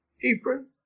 Ephraim